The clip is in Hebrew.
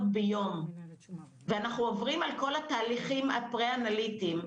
ביום ואנחנו עוברים על כל התהליכים הפרה אנליטיים,